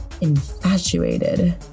infatuated